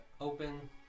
open